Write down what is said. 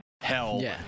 hell